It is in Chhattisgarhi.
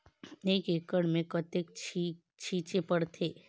एक एकड़ मे कतेक छीचे पड़थे?